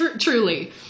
truly